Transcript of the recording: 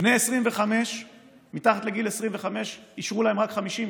בני מתחת לגיל 25, אישרו להם רק 50 יום.